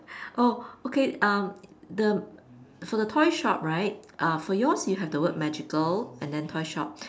oh okay um the for the toy shop right uh for yours you have the word magical and then toy shop